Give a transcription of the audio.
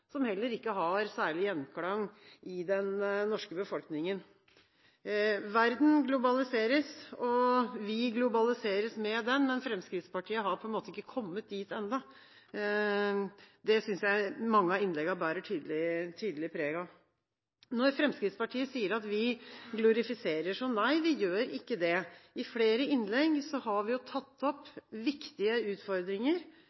som heller ikke har særlig gjenklang i den norske befolkningen. Verden globaliseres og vi globaliseres med den, men Fremskrittspartiet har på en måte ikke kommet dit ennå, det synes jeg mange av innleggene bærer tydelig preg av. Fremskrittspartiet sier at vi glorifiserer – nei, vi gjør ikke det. I flere innlegg har vi tatt